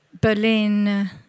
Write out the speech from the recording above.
Berlin